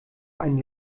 einen